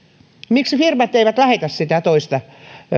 miksi firmat eivät lähetä sitä toista